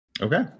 okay